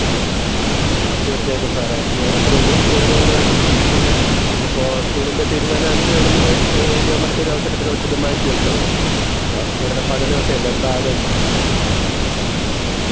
ആ തീർച്ചയായിട്ടും സാറേ ഞാനത്രയും ഗ ഗൗരവപരമായിട്ട് ചിന്തിച്ചില്ല അപ്പോൾ സ്കൂളിൻ്റെ തീരുമാനം അങ്ങനെയാണെങ്കിൽ ഞാൻ മറ്റൊരവസരത്തിലോട്ടിത് മാറ്റിവെച്ചോളാം അ അവരുടെ പഠനമൊക്കെയല്ലേ പ്രധാനം